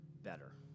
better